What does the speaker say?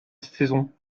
saison